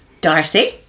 Darcy